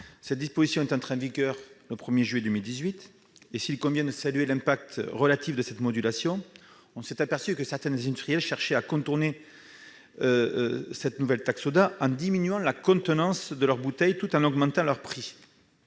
Cette disposition est entrée en vigueur le 1 juillet 2018. S'il convient de saluer l'impact relatif de cette modulation, force est de constater que certains industriels contournent toutefois encore cette nouvelle taxe en diminuant la contenance de leurs bouteilles, tout en augmentant leur prix.